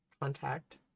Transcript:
contact